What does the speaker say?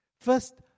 First